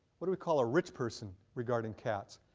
what do we call a rich person regarding cats?